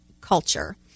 culture